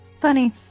Funny